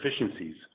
efficiencies